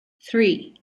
three